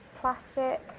plastic